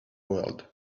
world